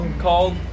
called